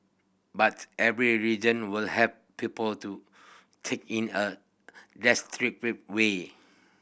but every religion will have people to take in a way